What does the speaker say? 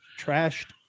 trashed